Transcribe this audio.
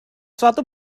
suatu